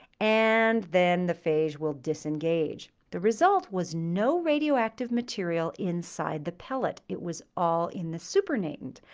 and then the phage will disengage. the result was no radioactive material inside the pellet. it was all in the supernatant.